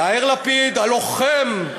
יאיר לפיד, הלוחם,